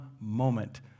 moment